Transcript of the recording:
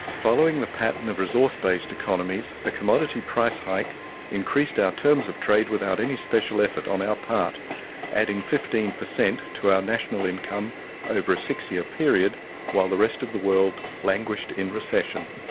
following the pattern of resource-based economies, a commodity price hike increased our terms of trade without any special effort on our part adding fifteen per cent to our national income over a six year period while the rest of the world languished in recession.